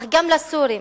אך גם לסורים,